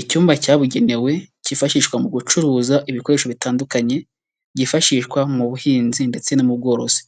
Icyumba cyabugenewe cyifashishwa mu gucuruza ibikoresho bitandukanye byifashishwa mu buhinzi ndetse no mu bworozi,